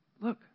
Look